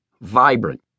vibrant